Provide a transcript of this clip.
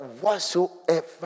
Whatsoever